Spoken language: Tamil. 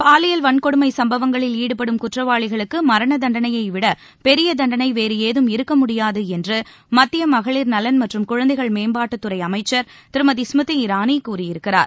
பாலியல் வன்கொடுமை சம்பவங்களில் ஈடுபடும் குற்றவாளிகளுக்கு மரண தண்டனையை விட பெரிய தண்டனை வேறு ஏதும் இருக்க முடியாது என்று மத்திய மகளிர் நலன் மற்றும் குழந்தைகள் மேம்பாட்டுத்துறை அமைச்சர் திருமதி ஸ்மிருதி இரானி கூறியிருக்கிறார்